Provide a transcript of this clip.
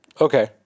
Okay